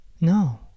No